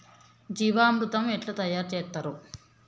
జీవామృతం ఎట్లా తయారు చేత్తరు?